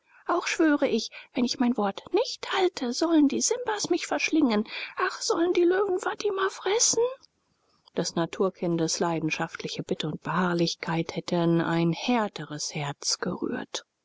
auch schwor ich wenn ich mein wort nicht halte sollen die simbas mich verschlingen ach sollen die löwen fatima fressen des naturkindes leidenschaftliche bitte und beharrlichkeit hätten ein härteres herz gerührt